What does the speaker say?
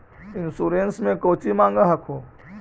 Insurance मे कौची माँग हको?